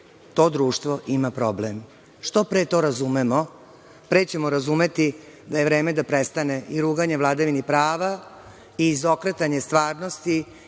to društvo ima problem. Što pre to razumemo pre ćemo razumeti da je vreme da prestane i ruganje vladavini prava i izokretanje stvarnosti